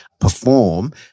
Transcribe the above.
perform